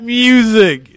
music